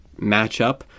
matchup